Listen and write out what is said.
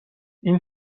این